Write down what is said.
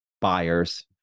buyers